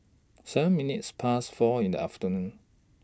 seven minutes Past four in The afternoon